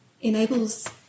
enables